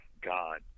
God